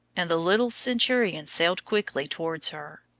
and the little centurion sailed quickly towards her.